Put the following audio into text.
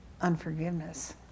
unforgiveness